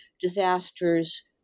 disasters